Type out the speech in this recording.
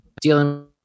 dealing